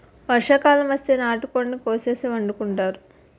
వర్షాకాలం వస్తే నాటుకోడిని కోసేసి వండుకుంతారు